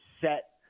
set